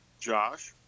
Josh